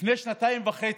לפני שנתיים וחצי,